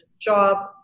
job